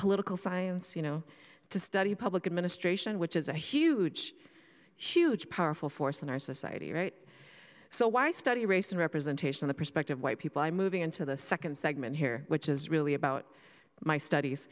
political science you know to study public administration which is a huge huge powerful force in our society right so why study race and representation the perspective white people are moving into the second segment here which is really about my studies